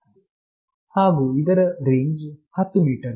ಹಾಗು ಇದರ range 10 metre ಗಳು